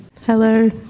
Hello